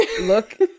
Look